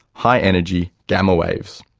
high energy gamma waves.